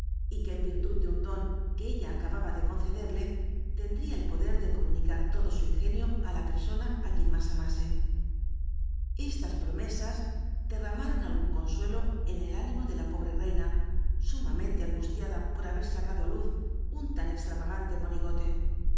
y que en virtud de un don que ella acababa de con cderlr lrn tria el poder de comunicar lodo su ing enio it la prr ona á quien más amase estas promesas derramaron algnn consn lo en el únimo de la pobre reina snmamcnlc ungusliada por haber sacado á luz un tan cxtraragantc monigote